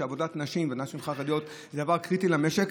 שעבודת נשים ונשים חרדיות זה דבר קריטי למשק,